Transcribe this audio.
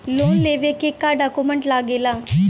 Loan लेवे के का डॉक्यूमेंट लागेला?